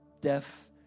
deaf